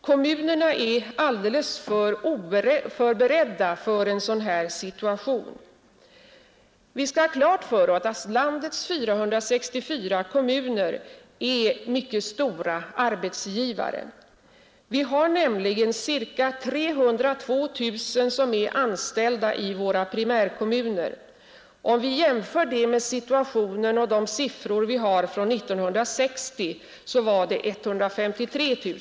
Kommunerna är alldeles för oförberedda för en sådan här situation. Vi skall ha klart för oss att landets 464 kommuner är mycket stora arbetsgivare. Vi har nämligen ca 302 000 personer som är anställda i våra primärkommuner mot endast 153 000 år 1960.